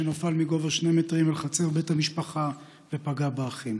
והוא נפל מגובה 2 מטרים אל חצר בית המשפחה ופגע באחים.